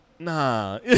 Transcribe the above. Nah